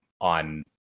on